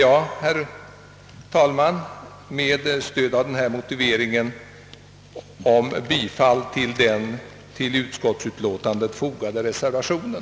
Jag ber med stöd av den anförda motiveringen att få yrka bifall till den vid utskottets utlåtande fogade reservationen.